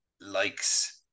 likes